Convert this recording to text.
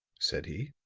said he.